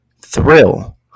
Thrill